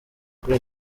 kuri